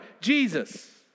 Jesus